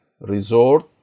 resort